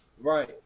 Right